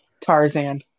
Tarzan